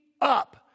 up